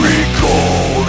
Recall